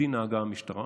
בדין נהגה המשטרה.